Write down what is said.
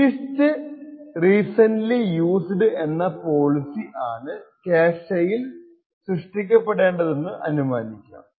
least recently used എന്ന policy ആണ് ക്യാഷെയിൽ സൃഷ്ടിക്കപ്പെടേണ്ടതെന്നു അനുമാനിക്കാം